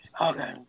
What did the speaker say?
Okay